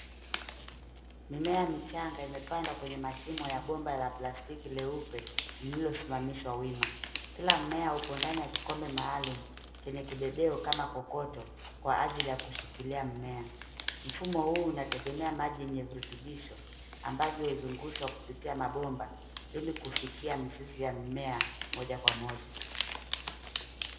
Mimea michanga imepandwa kwenye mashimo ya bomba la plastiki leupe liliosimamishwa wima. Kila mmea upo ndani ya kikombe maalum, chenye kibebeo kama kokoto kwa ajili ya kushikilia mmea. Mfumo huu unategemea maji yenye virutubisho, ambavyo huzungushwa kupitia mabomba ili kufikia mizizi ya mimea moja kwa moja.